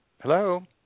Hello